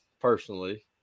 personally